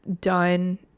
done